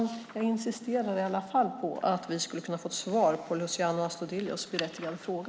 Jag insisterar i alla fall på att vi skulle kunna få ett svar på Luciano Astudillos berättigade fråga.